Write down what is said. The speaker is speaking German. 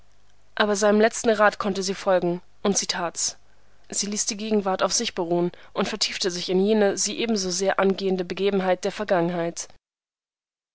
aber seinem letzten rat konnte sie folgen und sie tat's sie ließ die gegenwart auf sich beruhen und vertiefte sich in jene sie ebenso sehr angehende begebenheit der vergangenheit